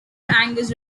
angus